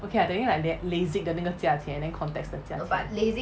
okay lah 等于 like LASIK 的价钱 then contacts 的价钱